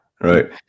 right